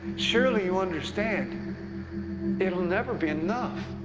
surely you understand it will never be enough.